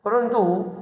परन्तु